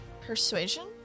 Persuasion